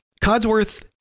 Codsworth